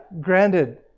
granted